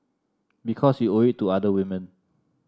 because you owe it to other women